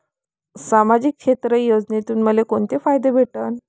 सामाजिक क्षेत्र योजनेतून मले कोंते फायदे भेटन?